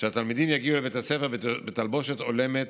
שהתלמידים יגיעו לבית הספר בתלבושת הולמת,